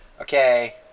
okay